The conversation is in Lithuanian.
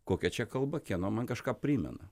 kokia čia kalba kieno man kažką primena